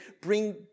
bring